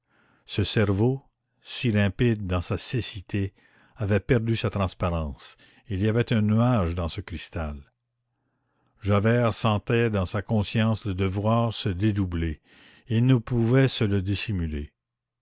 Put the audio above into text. ce cerveau si limpide dans sa cécité avait perdu sa transparence il y avait un nuage dans ce cristal javert sentait dans sa conscience le devoir se dédoubler et il ne pouvait se le dissimuler